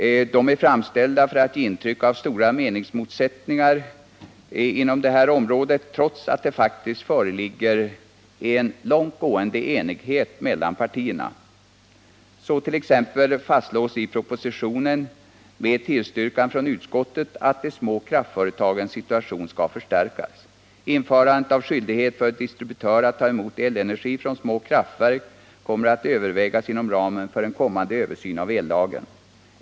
De är avgivna för att ge intryck av stora meningsmotsättningar inom detta område, trots att det faktiskt föreligger en långt gående enighet mellan partierna. I propositionen fastslås t.ex., vilket tillstyrks av utskottet, att de små kraftföretagens situation skall förstärkas. Ett införande av skyldighet för distributörer att ta emot elenergi från små kraftverk kommer att övervägas inom ramen för en kommande översyn av ellagen.